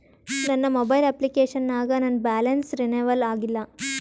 ನನ್ನ mobile application ನಾಗ ನನ್ ಬ್ಯಾಲೆನ್ಸ್ ರೀನೇವಲ್ ಆಗಿಲ್ಲ